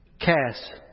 Cast